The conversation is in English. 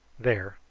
there,